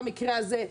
במקרה הזה,